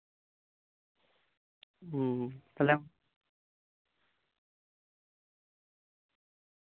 ᱦᱩᱸ ᱛᱟᱞᱦᱮ